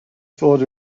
fod